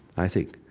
i think.